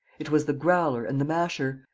it was the growler and the masher,